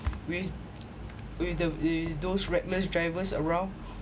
with with the th~ those reckless drivers around